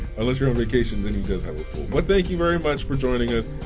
unless you're on vacation then he does have a pool. but thank you very much for joining us.